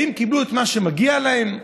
האם קיבלו את מה שמגיע להם?